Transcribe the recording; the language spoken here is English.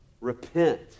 Repent